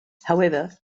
however